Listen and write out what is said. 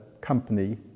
company